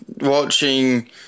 watching